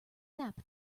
sap